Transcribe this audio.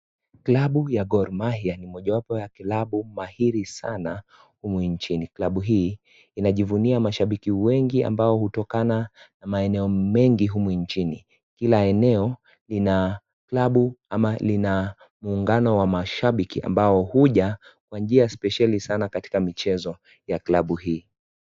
Klabu ya Gorrmahia ni mojawapo ya klabu mahidi sana humu nchini. Klabu hii inajivunia mashabiki wengi ambao hutokana na maeneo mengi humu nchini kila eneo lina klabu au muungano wa mashabiki ambao huja kwanjia spesheli katika michezo ya klabu hii.